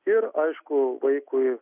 ir aišku vaikui